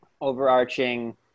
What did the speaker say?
overarching